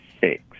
six